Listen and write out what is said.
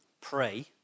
pray